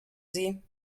sie